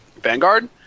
Vanguard